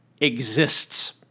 exists